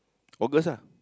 August ah